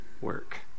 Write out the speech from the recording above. work